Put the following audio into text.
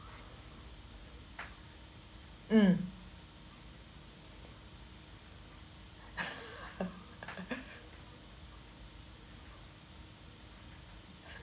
mm